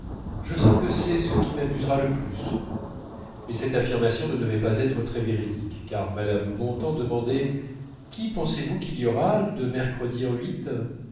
je sens que c'est ce qui m'amusera le plus mais cette affirmation ne devait pas être très véridique car mme bontemps demandait qui pensez-vous qu'il y aura de mercredi en huit